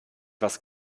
was